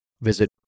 visit